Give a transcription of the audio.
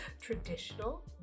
traditional